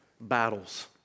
battles